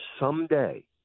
someday